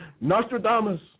Nostradamus